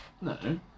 No